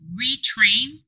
retrain